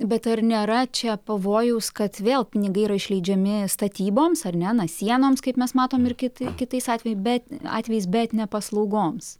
bet ar nėra čia pavojaus kad vėl pinigai yra išleidžiami statyboms ar ne na sienoms kaip mes matom ir ki kitais atvejai bet atvejais bet ne paslaugoms